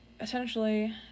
essentially